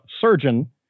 Surgeon